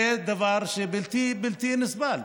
זה דבר בלתי נסבל.